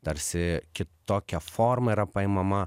tarsi kitokia forma yra paimama